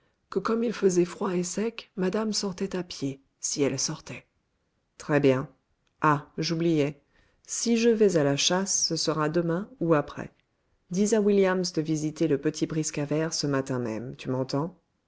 que comme il faisait froid et sec madame sortait à pied si elle sortait très-bien ah j'oubliais si je vais à la chasse ce sera demain ou après dis à williams de visiter le petit briska vert ce matin même tu m'entends